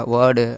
Word